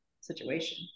situation